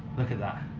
look at that,